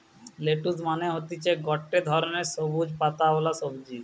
lettuce মানে হতিছে গটে ধরণের সবুজ পাতাওয়ালা সবজি